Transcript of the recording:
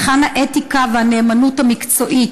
היכן האתיקה והנאמנות המקצועית,